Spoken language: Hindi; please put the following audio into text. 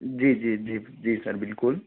जी जी जी जी सर बिल्कुल